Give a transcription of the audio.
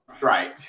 Right